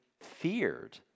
feared